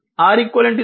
R EQ 4 C 0